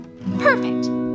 Perfect